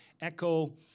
echo